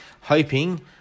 hoping